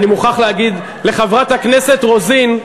אני מוכרח להגיד לחברת הכנסת רוזין,